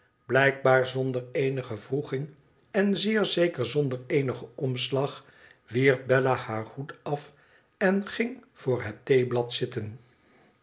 blijkbaar zonder eenige wroeging en zeer zeker zonder eenigen omslag wierp bella haar hoed af en ging voor het theeblad zitten